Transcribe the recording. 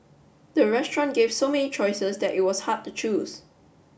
the restaurant gave so many choices that it was hard to choose